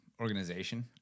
Organization